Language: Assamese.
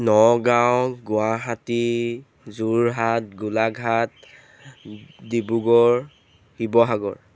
নগাঁও গুৱাহাটী যোৰহাট গোলাঘাট ডিব্ৰুগড় শিৱসাগৰ